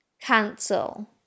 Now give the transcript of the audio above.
cancel